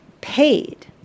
paid